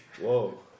Whoa